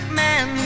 man